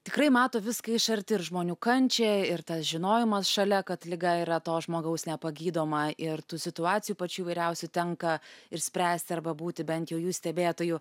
tikrai mato viską iš arti ir žmonių kančią ir tas žinojimas šalia kad liga yra to žmogaus nepagydoma ir tų situacijų pačių įvairiausių tenka ir spręsti arba būti bent jau jų stebėtoju